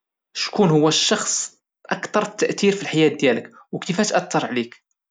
شكون هو الشخص أكثر تاثير في الحياة ديالك وكيفاش أثر عليك؟